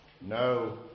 No